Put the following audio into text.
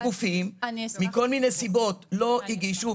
גופים מכל מיני סיבות לא הגישו.